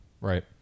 Right